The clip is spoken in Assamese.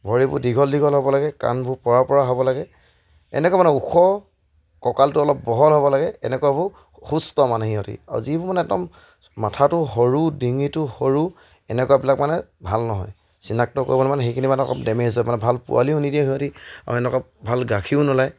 ভৰিবোৰ দীঘল দীঘল হ'ব লাগে কাণবোৰ পৰা পৰা হ'ব লাগে এনেকুৱা মানে ওখ কঁকালটো অলপ বহল হ'ব লাগে এনেকুৱাবোৰ সুস্থ মানে সিহঁতি আৰু যিবোৰ মানে একদম মাথাটো সৰু ডিঙিটো সৰু এনেকুৱাবিলাক মানে ভাল নহয় চিনাক্ত কৰিব মানে সেইখিনি মানে অলপ ডেমেজ হয় মানে ভাল পোৱালিও নিদিয়ে সিহঁতি আৰু এনেকুৱা ভাল গাখীৰও নোলায়